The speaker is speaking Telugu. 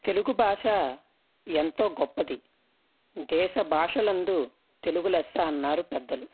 తెలుగు భాష ఎంతో గొప్పది దేశ బాషలందు తెలుగు లెస్సా అన్నారు పెద్దలు